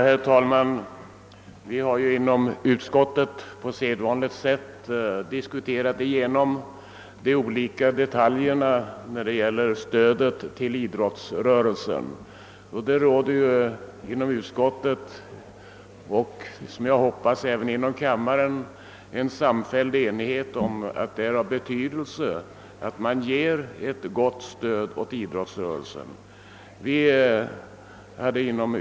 Herr talman! Vi har inom utskottet på sedvanligt sätt diskuterat de olika detaljerna när det gäller stödet till idrottsrörelsen. Det råder inom utskottet och, hoppas jag, även inom kammaren enighet om att det är av betydelse att ge ett gott stöd åt idrottsrörelsen.